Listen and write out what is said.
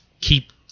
keep